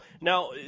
Now